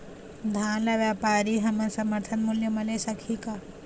धान ला व्यापारी हमन समर्थन मूल्य म ले सकही का?